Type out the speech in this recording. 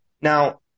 Now